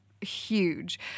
huge